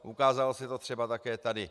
Ukázalo se to třeba také tady.